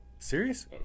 serious